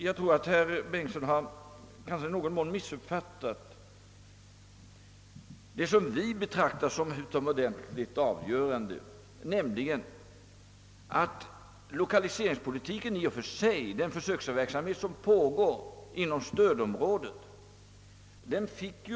Jag tror att herr Bengtson i Solna i någon mån missuppfattat mig. Vi betraktar nämligen lokaliseringspolitiken i och för sig och den försöksverksamhet som pågår inom stödområdena som utomordentligt viktiga.